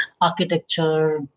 architecture